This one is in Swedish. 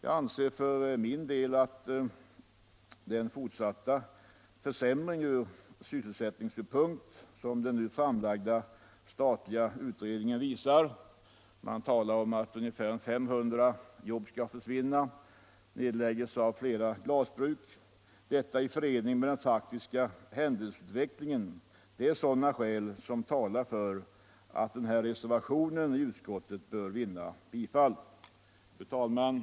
Jag anser för min del att den fortsatta försämring ur sysselsättningssynpunkt som den nu framlagda statliga utredningen visar — man talar om att ungefär 500 jobb skall försvinna i samband med nedläggning av flera glasbruk — i förening med den faktiska händelseutvecklingen är skäl som talar för att den reservation som har avgivits på den här punkten bör bifallas av kammaren. Fru talman!